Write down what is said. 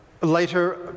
later